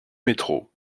métro